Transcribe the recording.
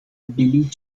billy